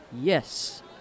Yes